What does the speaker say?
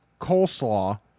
coleslaw